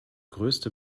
größte